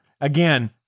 Again